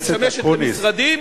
ואם היא משמשת למשרדים,